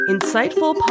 Insightful